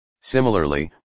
Similarly